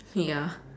ya